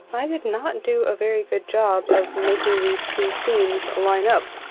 i did not do a very good job of making these two seams line up.